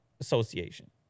association